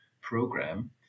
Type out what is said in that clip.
program